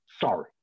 sorry